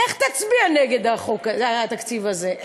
איך תצביע נגד התקציב הזה?